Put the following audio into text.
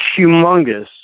humongous